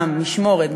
משמורת,